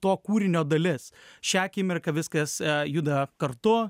to kūrinio dalis šią akimirką viskas juda kartu